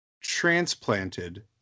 transplanted